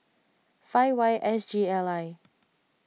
five Y S G L I